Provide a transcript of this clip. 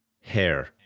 hair